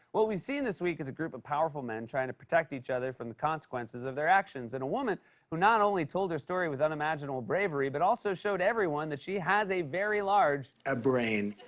what we've seen this week is a group of powerful men trying to protect each other from the consequences of their actions. and a woman who not only told her story with unimaginable bravery, but also showed everyone that she has a very large. a-brain.